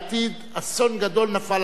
אסון גדול נפל על שני עמינו.